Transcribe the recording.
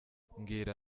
mbwira